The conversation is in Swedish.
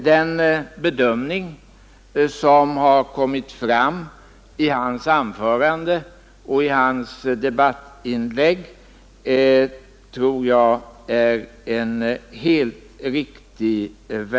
Den bedömning som har kommit fram i hans anförande och debattinlägg tror jag är helt riktig.